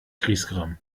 griesgram